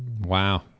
Wow